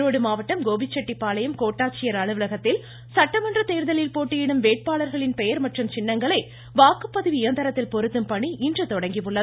ஈரோடு மாவட்டம் கோபிசெட்டி பாளையம் கோட்டாச்சியர் அலுவலகத்தில் சட்டமன்ற தேர்தலில் போட்டியிடும் வேட்பாளர்களின் பெயர் மற்றும் சின்னங்களை வாக்குபதிவு இயந்திரத்தில் பொருத்தும் பணி இன்று தொடங்கியுள்ளது